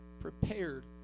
prepared